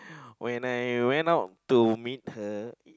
when I went out to meet her